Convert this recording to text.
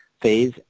phase